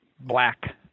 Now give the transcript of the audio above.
black